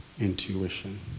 intuition